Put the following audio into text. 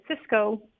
Cisco